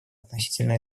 относительно